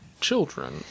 children